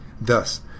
Thus